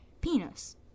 penis